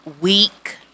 week